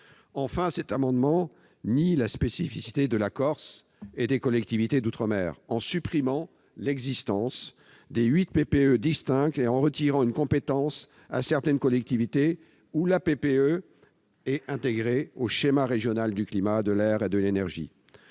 Enfin, il nie la spécificité de la Corse et des collectivités d'outre-mer, en tendant à supprimer l'existence des huit PPE distinctes et à retirer une compétence à certaines collectivités où la PPE est intégrée au schéma régional du climat, de l'air et de l'énergie.